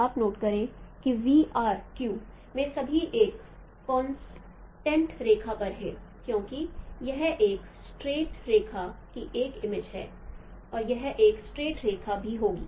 आप नोट करें कि v r q वे सभी एक स्ट्रेट रेखा पर हैं क्योंकि यह एक स्ट्रेट रेखा की एक इमेज है और यह एक स्ट्रेट रेखा भी होगी